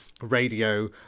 radio